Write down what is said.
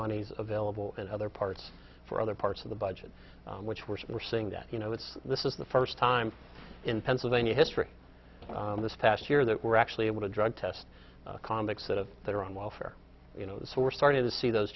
monies available in other parts for other parts of the budget which we're seeing that you know it's this is the first time in pennsylvania history this past year that we're actually able to drug test comics that have that are on welfare you know so we're starting to see those